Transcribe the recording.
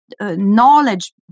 knowledge